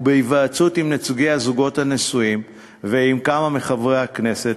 ובהתייעצות עם נציגי הזוגות הנשואים ועם כמה מחברי הכנסת,